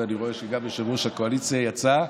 ואני רואה שגם יושב-ראש הקואליציה יצא.